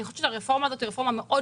אני חושבת שהרפורמה הזאת היא רפורמה מאוד